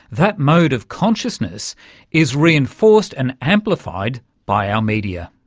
that mode of consciousness is reinforced and amplified by our media.